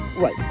Right